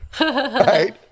Right